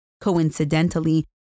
Coincidentally